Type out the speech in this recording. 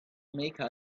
make